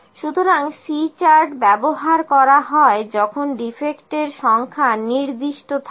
সুতরাং C chart ব্যবহার করা হয় যখন ডিফেক্টের সংখ্যা নির্দিষ্ট থাকে